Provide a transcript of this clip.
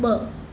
ब॒